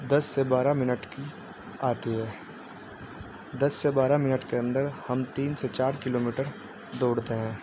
دس سے بارہ منٹ کی آتی ہے دس سے بارہ منٹ کے اندر ہم تین سے چار کلو میٹر دوڑتے ہیں